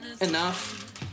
Enough